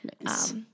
Nice